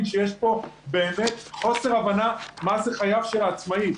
שיש באמת חוסר הבנה מה זה חייו של העצמאי.